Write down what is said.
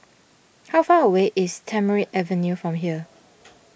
how far away is Tamarind Avenue from here